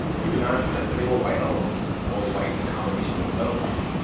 thirty nine percent said they were white alone or white in combination with another race,